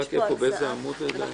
באיזה עמוד זה?